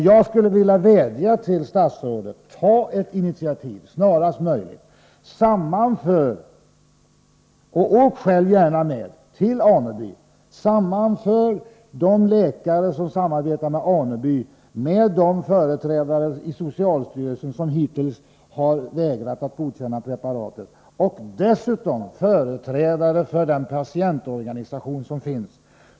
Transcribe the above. Jag skulle vilja vädja till statsrådet: Ta ett initiativ snarast möjligt, åk gärna själv ned till Aneby och sammanför de läkare som samarbetar med Aneby med de företrädare för socialstyrelsen som hittills har vägrat att godkänna preparatet och dessutom med företrädare för den patientorganisation som finns!